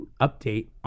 update